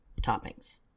toppings